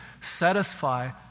satisfy